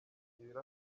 ibiro